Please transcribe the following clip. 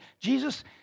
Jesus